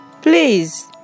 Please